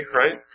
right